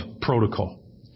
protocol